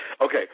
okay